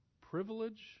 privilege